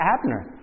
Abner